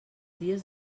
dies